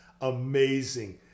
amazing